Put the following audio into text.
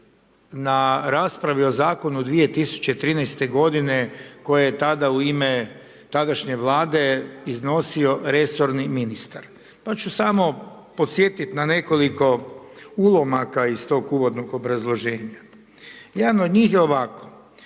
na raspravi o zakonu 2013. godine koje je tada u ime tadašnje Vlade iznosio resorni ministar, pa ću samo podsjetiti na nekoliko ulomaka iz tog uvodnog obrazloženja. Jedan od njih je ovako: